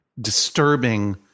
disturbing